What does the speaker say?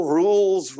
rules